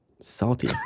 Salty